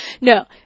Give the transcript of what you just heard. no